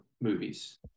movies